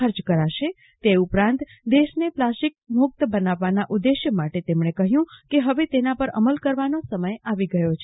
ખર્ચ કરશે તે ઉપરાંત દેશને પ્લાસ્ટિક મુક્ત બનાવવાના ઉદ્દેશ્ય માટે તેમણે કહ્યું કે હવે તેના પર અમલ કરવાનો સમય આવી ગયો છે